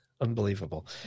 unbelievable